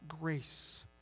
grace